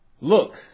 Look